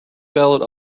valid